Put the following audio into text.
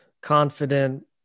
confident